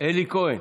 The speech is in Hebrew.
אלי כהן,